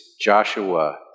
Joshua